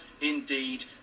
indeed